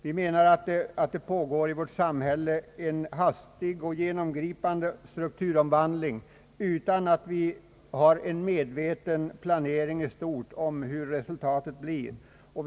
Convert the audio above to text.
Vi anser att det i vårt samhälle pågår en hastig och genomgripande strukturomvandling utan att det sker en medveten planering i stort av hur resultatet skall bli.